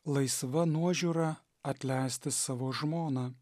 laisva nuožiūra atleisti savo žmoną